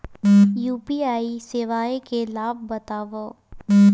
UPI सेवाएं के लाभ बतावव?